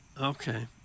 Okay